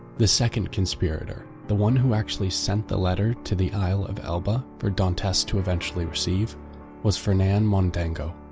the second conspirator the one who actually sent the letter to the isle of elba for dantes to eventually receive was fernand mondego.